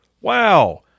Wow